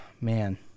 man